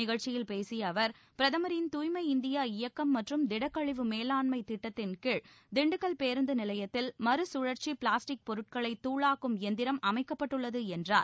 நிகழ்ச்சியில் பேசிய அவர் பிரதமரின் தூய்மை இந்தியா இயக்கம் மற்றும் திடக்கழிவு மேலாண்மை திட்டத்தின் கீழ திண்டுக்கல் பேருந்து நிலையத்தில் மறுகழற்சி பிளாஸ்டிக் பொருட்களை தூளாக்கும் எந்திரம் அமைக்கப்பட்டுள்ளது என்றார்